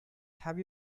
have